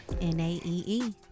N-A-E-E